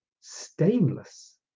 stainless